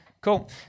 cool